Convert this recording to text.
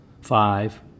Five